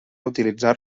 utilitzar